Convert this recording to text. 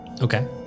Okay